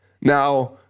Now